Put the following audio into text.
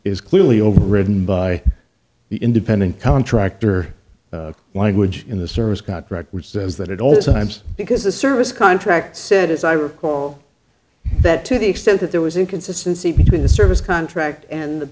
is clearly overridden by the independent contractor wind which in the service contract which says that at all times because the service contract said as i recall that to the extent that there was inconsistency between the service contract and